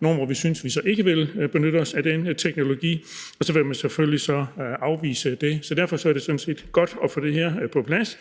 kommer – hvor vi synes vi så ikke vil benytte os af den teknologi, og så vil man selvfølgelig afvise det. Derfor er det sådan set godt at få det her på plads.